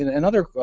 and another